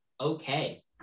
okay